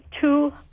two